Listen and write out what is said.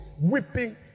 Weeping